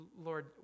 Lord